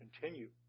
continue